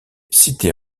cité